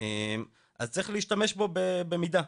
אז צריך להשתמש בו במידה,